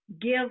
give